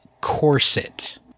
corset